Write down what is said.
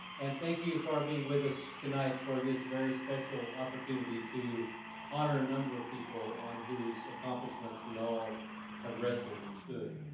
and thank you for being with us tonight for this very special opportunity to honor a number of people on whose accomplishments we all have rested and stood.